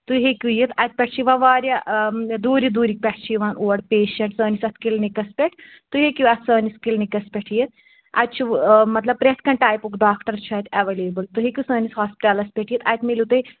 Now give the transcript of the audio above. تُہۍ ہیٚکِو یِتھ اَتہِ پٮ۪ٹھ چھِ یِوان واریاہ دوٗرِ دوٗرِ پٮ۪ٹھ چھِ یِوان اور پیشَنٹ سٲنِس اَتھ کِلنِک پٮ۪ٹھ تُہۍ ہیٚکِو اَتھ سٲنِس کِلنِکَس پٮ۪ٹھ یِتھ اَتہِ چھُ مطلب پرٛٮ۪تھ کانٛہہ ٹایپُک ڈاکٹر اَتہِ ایویلیبٕل تُہۍ ہیٚکِو سٲنِس ہاسپِٹَلَس پٮ۪ٹھ یِتھ اَتہِ مِلیٚو تۄہہِ